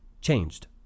changed